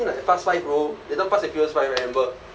fast five bro eh no fast and furious five I remember